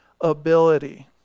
ability